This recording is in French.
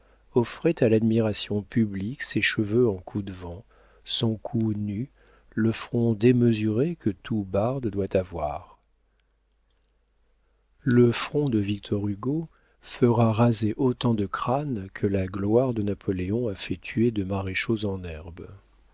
offrait à l'admiration publique ses cheveux en coup de vent son cou nu le front démesuré que tout barde doit avoir le front de victor hugo fera raser autant de crânes que la gloire de napoléon a fait tuer de maréchaux en herbe